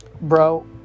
bro